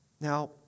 Now